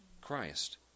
Christ